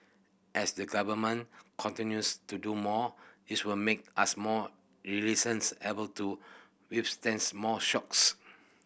as the Government continues to do more this will make us more resilient able to withstand more shocks